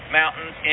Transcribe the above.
mountains